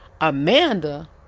Amanda